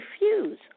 refuse